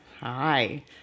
Hi